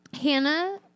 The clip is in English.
Hannah